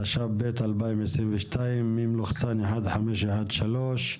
התשפ"ב-2022 (מ/1513),